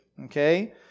Okay